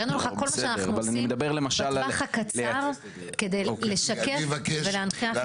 הראנו ל את כל מה שאנחנו עושים בטווח הקצר כדי לשקף ולהנכיח את הבעיה.